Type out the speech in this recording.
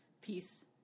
peace